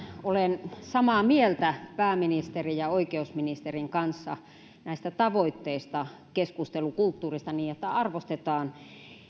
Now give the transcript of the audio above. olen samaa mieltä pääministerin ja oikeusministerin kanssa näistä tavoitteista ja keskusteltukulttuurista arvostetaan